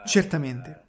Certamente